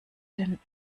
den